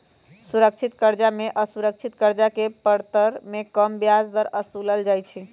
सुरक्षित करजा में असुरक्षित करजा के परतर में कम ब्याज दर असुलल जाइ छइ